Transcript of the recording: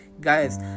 guys